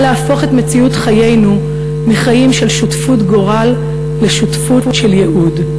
להפוך את מציאות חיינו מחיים של שותפות גורל לשותפות של ייעוד.